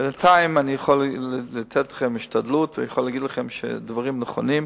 בינתיים אני יכול לתת לכם השתדלות ויכול להגיד לכם שהדברים נכונים.